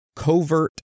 Covert